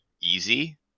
easy